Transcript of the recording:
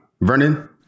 Vernon